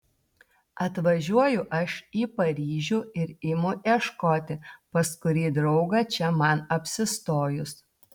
atvažiuoju aš į paryžių ir imu ieškoti pas kurį draugą čia man apsistojus